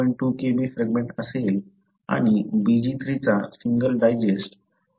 2 Kb fragment असेल आणि BglII चा सिंगल डायजेस्ट 0